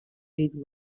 ate